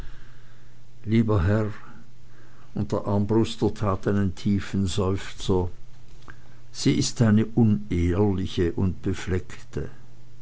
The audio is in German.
lieber herr und der armbruster tat einen tiefen seufzer sie ist eine unehrliche und befleckte